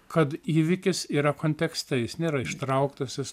kad įvykis yra kontekste jis nėra ištrauktas jis